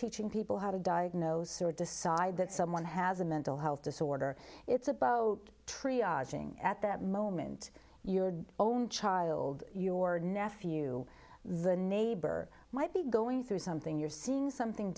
teaching people how to diagnose or decide that someone has a mental health disorder it's a boat trip at that moment your own child your nephew the neighbor might be going through something you're seeing something